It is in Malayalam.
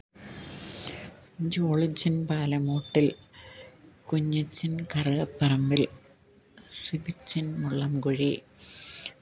ജോളിച്ചന് പാലമൂട്ടില് കുഞ്ഞച്ചന് കറുകപ്പറമ്പില് സിബിച്ചന് മുളങ്കുഴി